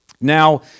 Now